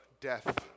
death